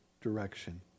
direction